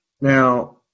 Now